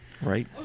right